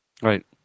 Right